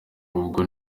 ubwo